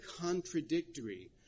contradictory